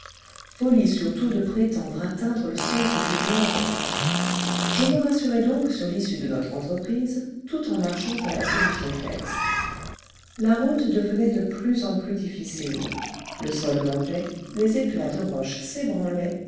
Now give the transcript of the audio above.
folie surtout de prétendre atteindre le centre du globe je me rassurais donc sur l'issue de notre entreprise tout en marchant à l'assaut du sneffels la route devenait de plus en plus difficile le sol montait les éclats de roches